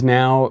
now